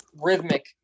rhythmic